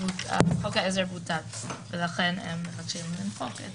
חוק העזר בוטל ולכן הם מבקשים למחוק את